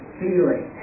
feeling